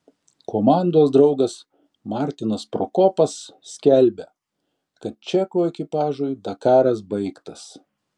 komandos draugas martinas prokopas skelbia kad čekų ekipažui dakaras baigtas